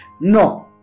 no